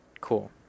Cool